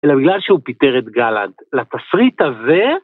אלא בגלל שהוא פיטר את גלנט. לתסריט הזה...